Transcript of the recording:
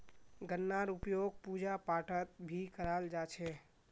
गन्नार उपयोग पूजा पाठत भी कराल जा छे